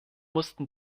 mussten